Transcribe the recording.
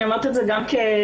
אני אומרת את זה גם כאימא.